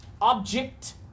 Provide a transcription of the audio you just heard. object